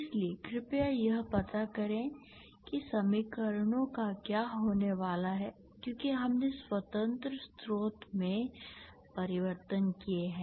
इसलिए कृपया यह पता करें कि समीकरणों का क्या होने वाला है क्योंकि हमने स्वतंत्र स्रोत में परिवर्तन किए हैं